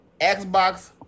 Xbox